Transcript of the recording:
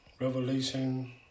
revelation